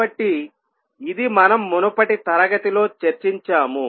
కాబట్టి ఇది మనం మునుపటి తరగతి లో చర్చించాము